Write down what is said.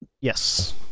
yes